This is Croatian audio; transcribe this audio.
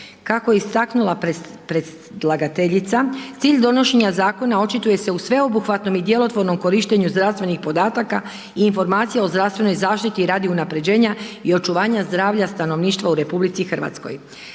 Kako je istaknula predlagateljica, cilj donošenja zakona očituje se u sveobuhvatnom i djelotvornom korištenju zdravstvenih podataka i informacija o zdravstvenoj zaštiti radi unaprjeđenja i očuvanja zdravlja stanovništva u RH. Zakonom